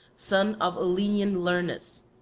son of olenian lernus,